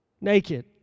naked